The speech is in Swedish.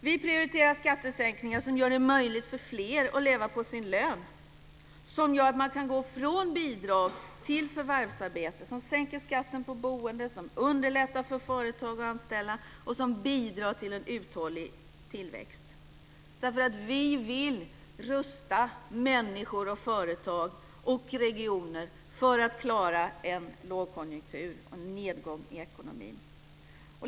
Vi prioriterar skattesänkningar som gör det möjligt för fler att leva på sin lön, som gör att man kan gå från bidrag till förvärvsarbete, som sänker skatten på boende, som underlättar för företag att anställa och som bidrar till en uthållig tillväxt. Vi vill rusta människor, företag och regioner för att klara en lågkonjunktur, en nedgång i ekonomin.